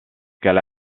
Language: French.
quelles